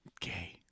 Gay